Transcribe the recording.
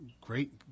great